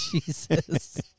Jesus